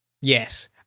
Yes